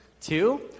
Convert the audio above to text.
Two